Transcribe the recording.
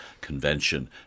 Convention